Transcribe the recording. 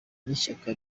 n’ishyaka